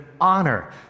honor